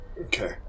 Okay